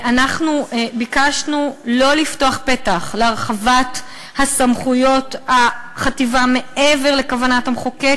אנחנו ביקשנו לא לפתוח פתח להרחבת סמכויות החטיבה מעבר לכוונת המחוקק,